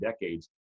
decades